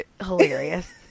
Hilarious